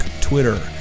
Twitter